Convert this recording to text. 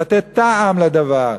לתת טעם לדבר,